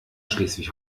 schleswig